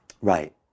Right